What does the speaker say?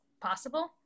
possible